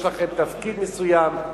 יש לכם תפקיד מסוים,